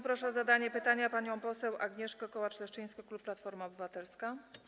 Proszę o zadanie pytania panią poseł Agnieszkę Kołacz-Leszczyńską, klub Platforma Obywatelska.